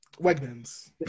Wegmans